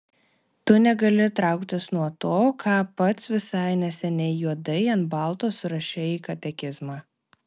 tu negali trauktis nuo to ką pats visai neseniai juodai ant balto surašei į katekizmą